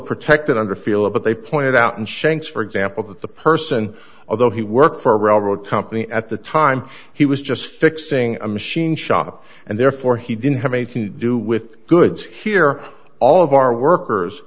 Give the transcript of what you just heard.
protected under feel it but they pointed out in shanks for example that the person although he worked for a railroad company at the time he was just fixing a machine shop and therefore he didn't have anything to do with goods here all of our workers